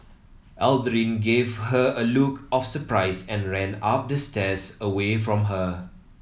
Aldrin gave her a look of surprise and ran up the stairs away from her